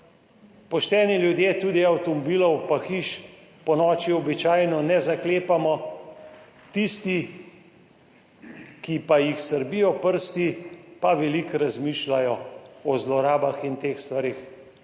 Pošteni ljudje tudi avtomobilov in hiš ponoči običajno ne zaklepamo. Tisti, ki pa jih srbijo prsti, pa veliko razmišljajo o zlorabah in teh stvareh.